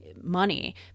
money